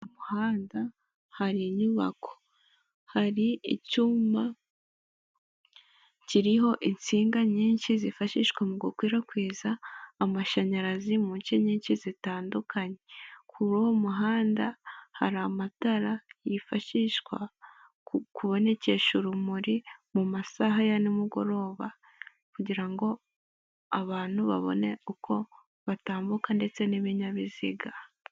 Ku muhanda hari inyubako, hari icyuma kiriho insinga nyinshi zifashishwa mu gukwirakwiza amashanyarazi mu nshe nyinshi zitandukanye, kuri uwo muhanda hari amatara yifashishwa ku kubonekesha urumuri mu masaha ya nimugoroba kugira abantu babone uko batambuka ndetse n'ibinyabiziga.